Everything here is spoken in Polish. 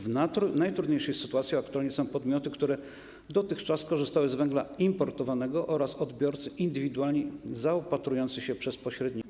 W najtrudniejszej sytuacji aktualnie są podmioty, które dotychczas korzystały z węgla importowanego, oraz odbiorcy indywidualni zaopatrujący się przez pośredników.